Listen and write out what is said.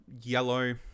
yellow